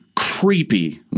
Creepy